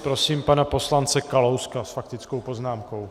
Prosím pana poslance Kalouska s faktickou poznámkou.